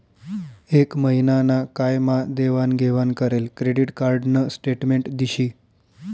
एक महिना ना काय मा देवाण घेवाण करेल क्रेडिट कार्ड न स्टेटमेंट दिशी